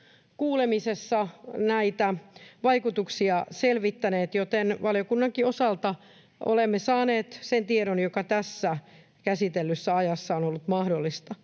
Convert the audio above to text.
kuulemisessa näitä vaikutuksia selvittäneet, joten valiokunnankin osalta olemme saaneet sen tiedon, joka tässä käsitellyssä ajassa on ollut mahdollista.